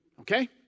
okay